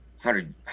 hundred